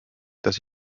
dass